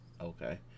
Okay